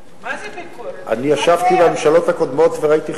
אני ישבתי בממשלות הקודמות וראיתי,